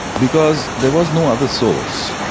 because there was no other source.